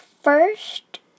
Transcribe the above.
first